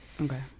Okay